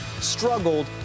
struggled